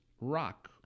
rock